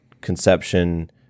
conception